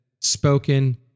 spoken